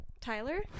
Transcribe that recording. Tyler